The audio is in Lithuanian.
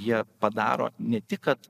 jie padaro ne tik kad